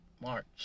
March